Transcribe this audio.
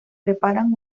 preparan